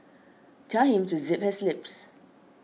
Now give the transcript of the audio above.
tell him to zip his lips